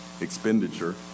expenditure